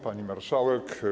Pani Marszałek!